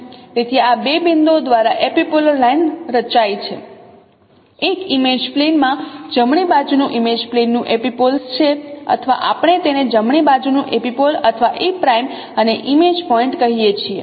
તેથી આ બે બિંદુઓ દ્વારા એપિપોલર લાઇન રચાય છે એક ઇમેજ પ્લેન માં જમણી બાજુ નું ઇમેજ પ્લેન નું એપિપોલ્સ છે અથવા આપણે તેને જમણી બાજુ નું એપિપોલ અથવા e' અને ઇમેજ પોઇન્ટ કહીએ છીએ